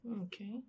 Okay